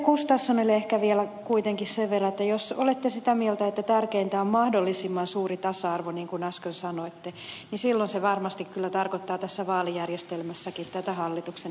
gustafssonille ehkä vielä kuitenkin sen verran että jos olette sitä mieltä että tärkeintä on mahdollisimman suuri tasa arvo niin kuin äsken sanoitte niin silloin se varmasti kyllä tarkoittaa tässä vaalijärjestelmässäkin tätä hallituksen esitystä